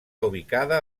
ubicada